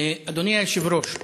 אדוני היושב-ראש,